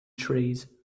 trees